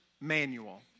Manual